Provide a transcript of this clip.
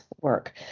work